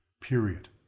period